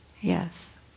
yes